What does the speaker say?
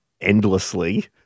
endlessly